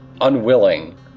unwilling